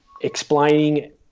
explaining